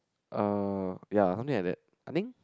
uh ya something like that I think